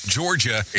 Georgia